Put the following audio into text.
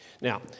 Now